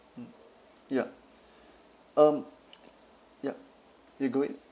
mm yup um yup you got it